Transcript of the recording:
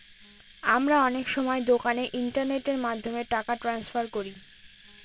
আমরা অনেক সময় দোকানে ইন্টারনেটের মাধ্যমে টাকা ট্রান্সফার করি